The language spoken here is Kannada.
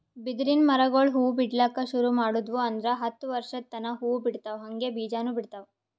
ಬಿದಿರಿನ್ ಮರಗೊಳ್ ಹೂವಾ ಬಿಡ್ಲಕ್ ಶುರು ಮಾಡುದ್ವು ಅಂದ್ರ ಹತ್ತ್ ವರ್ಶದ್ ತನಾ ಹೂವಾ ಬಿಡ್ತಾವ್ ಹಂಗೆ ಬೀಜಾನೂ ಬಿಡ್ತಾವ್